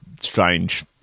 strange